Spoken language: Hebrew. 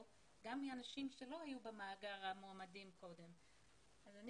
וגם מאנשים שלא היו במאגר המועמדים קודם לכן.